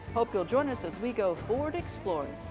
hope you'll join us as we go ford exploring.